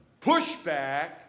pushback